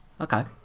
Okay